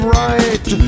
right